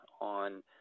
on